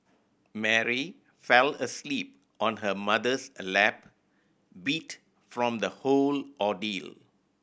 Mary fell asleep on her mother's a lap beat from the whole ordeal